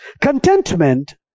Contentment